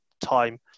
time